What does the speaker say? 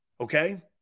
okay